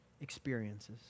experiences